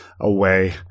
away